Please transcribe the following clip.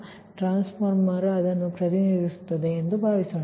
ಈ ಟ್ರಾನ್ಸ್ಫಾರ್ಮರ್ ಪ್ರತಿನಿಧಿಸುತ್ತದೆ ಎಂದು ಭಾವಿಸೋಣ